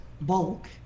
bulk